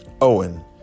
Owen